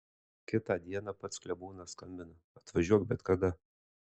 kitą dieną pats klebonas skambina atvažiuok bet kada